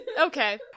Okay